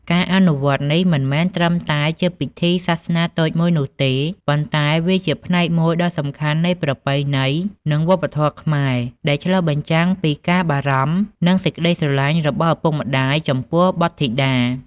ការអនុវត្តនេះមិនមែនត្រឹមតែជាពិធីសាសនាតូចមួយនោះទេ ប៉ុន្តែវាជាផ្នែកមួយដ៏សំខាន់នៃប្រពៃណី និងវប្បធម៌ខ្មែរដែលឆ្លុះបញ្ចាំងពីការបារម្ភ និងសេចក្តីស្រឡាញ់របស់ឪពុកម្តាយចំពោះបុត្រធីតា។